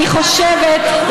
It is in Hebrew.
אני חושבת,